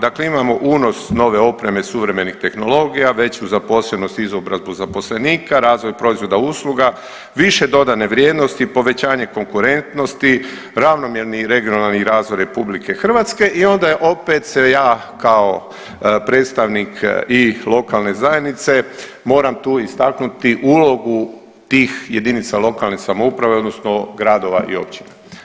Dakle imamo unos nove opreme, suvremenih tehnologija, veću zaposlenost, izobrazbu zaposlenika, razvoj proizvoda i usluga, više dodane vrijednosti, povećanje konkurentnosti, ravnomjerni i regionalni razvoj RH i onda je opet se ja kao predstavnik i lokalne zajednice moram tu istaknuti ulogu tih jedinica lokalne samouprave odnosno gradova i općina.